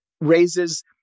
raises